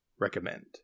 recommend